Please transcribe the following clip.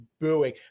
booing